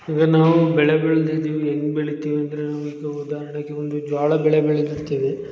ಈಗ ನಾವು ಬೆಳೆ ಬೆಳೆದಿದ್ದೀವಿ ಹೆಂಗ್ ಬೆಳಿತೀವಿ ಅಂದರೆ ನಾವು ಈಗ ಉದಾಹರಣೆಗೆ ಒಂದು ಜೋಳ ಬೆಳೆ ಬೆಳೆದಿರ್ತೀವಿ